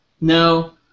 no